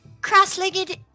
cross-legged